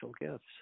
gifts